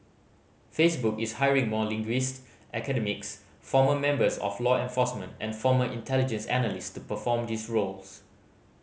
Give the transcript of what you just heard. Facebook is hiring more linguist academics former members of law enforcement and former intelligence analyst to perform these roles